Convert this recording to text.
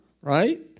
right